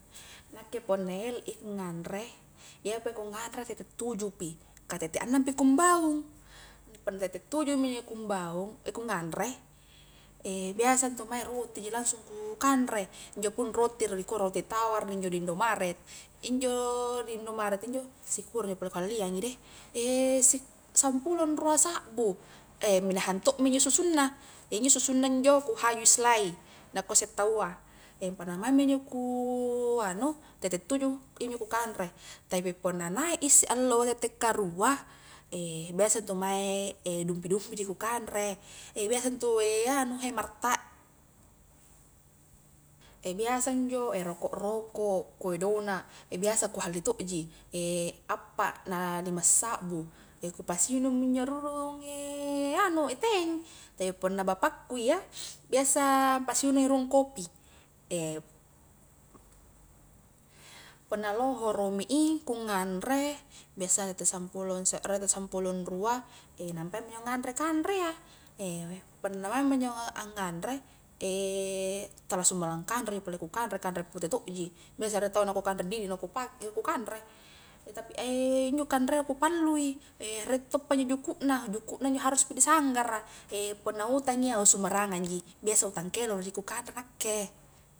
Nakke punna elek i ku nganre iyapa ku nganre tette tuju pi ka tette annang pi ku mbaung, punna tette tuju minjo ku ambaung, ku nganre, biasa intu mae roti ji langsung ku kanre injo pun roti-roti tawar injo di indomaret, injo ri indomaret injo sikura injo pole ku halliang i deh, si sampulong rua sakbu, minahang tokmi injo susuna, injo susunna injo ku haju i selai nakua isse taua, punna maingmi injo ku anu tette tuju iyaminjo ku kanre, tapi punna naik i isse allo tette karua, biasa intu mae dumpi-dumpi ji ku kanre biasa intu anu he martak, biasa injo roko'-roko', kue dona', biasa ku halli tokji, appa na lima sakbu, ku pasi inung mi ino rurung anu, teng, tapipunna bapakku iya biasa n apasi inungi rung kopi, punna lohoro mi i ku nganre biasa tette sampulong sekre, tette sampulong rua, nampai ma injo nganre kanre iya punna maing ma injo angnganre tala sumbarang kanre pole ku kanre, kanre pute tokji, biasa riek tau nakua kanre didi na ku pa-na ku kanre, tapi injo kanrea ku pallu i, riek tokpa injo juku' na, juku'na injo haruspi di sanggara, punna utang iya sumabrangang ji i, biasa utang keloro ji ku kanre nakke.